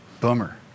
Bummer